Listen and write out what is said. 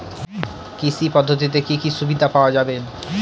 কৃষি পদ্ধতিতে কি কি সুবিধা পাওয়া যাবে?